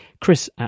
chris